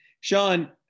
Sean